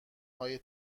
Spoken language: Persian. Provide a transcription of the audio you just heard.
های